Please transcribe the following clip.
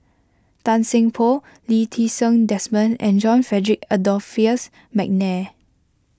Tan Seng Poh Lee Ti Seng Desmond and John Frederick Adolphus McNair